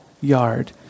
yard